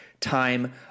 time